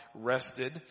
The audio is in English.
rested